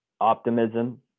optimism